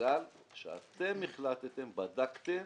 בגלל שאתם החלטתם, בדקתם